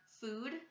food